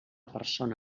persona